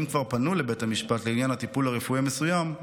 אם כבר פנו לבית המשפט לעניין הטיפול הרפואי המסוים,